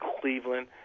Cleveland